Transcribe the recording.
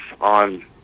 on